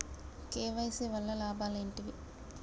KYC వల్ల లాభాలు ఏంటివి?